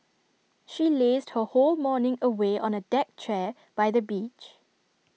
she lazed her whole morning away on A deck chair by the beach